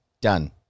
Done